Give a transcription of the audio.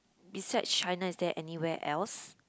beside China is there anywhere else